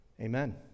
Amen